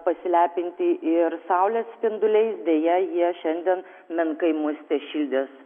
pasilepinti ir saulės spinduliais deja jie šiandien menkai mus tešildys